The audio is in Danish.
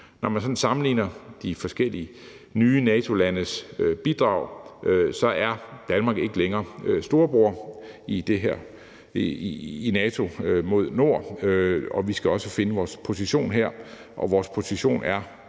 sådan sammenligner de forskellige nye NATO-landes bidrag, er Danmark ikke længere storebror mod nord i NATO, og vi skal også finde vores position her, og vores position er